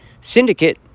syndicate